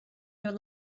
their